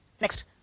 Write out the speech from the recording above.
Next